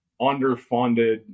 underfunded